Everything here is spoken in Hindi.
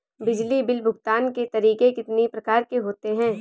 बिजली बिल भुगतान के तरीके कितनी प्रकार के होते हैं?